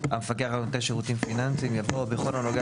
המפקח על נותני שירותים פיננסיים" יבוא "בכל הנוגע